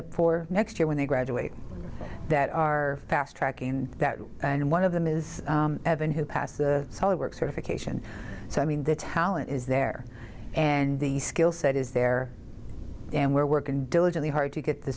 up for next year when they graduate that are fast track in that way and one of them is evan who pass the solid work certification so i mean the talent is there and the skill set is there and we're working diligently hard to get the